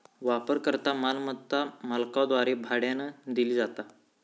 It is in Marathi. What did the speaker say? वापरकर्ता मालमत्ता मालकाद्वारे भाड्यानं दिली जाता